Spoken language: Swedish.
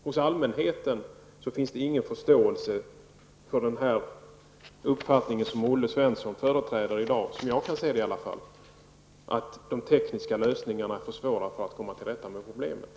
Hos allmänheten finns ingen förståelse för den uppfattning som Olle Svensson företräder i dag, som jag kan se det i alla fall, att de tekniska lösningarna försvårar att komma till rätta med problemen.